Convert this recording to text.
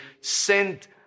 sent